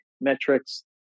metrics